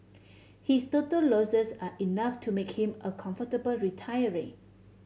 his total losses are enough to make him a comfortable retiree